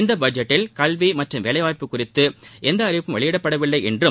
இந்த பட்ஜெட்டில் கல்வி மற்றும் வேலைவாய்ப்பு குறித்து எந்த அறிவிப்பும் வெளியிடப்படவில்லை என்றும்